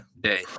day